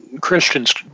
Christians